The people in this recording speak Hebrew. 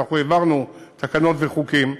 ואנחנו העברנו תקנות וחוקים,